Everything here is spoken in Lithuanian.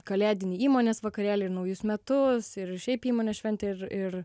kalėdinį įmonės vakarėlį ir naujus metus ir šiaip įmonės šventę ir ir